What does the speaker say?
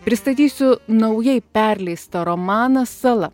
pristatysiu naujai perleista romaną sala